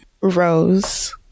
rose